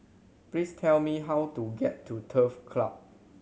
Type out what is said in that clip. please tell me how to get to Turf Club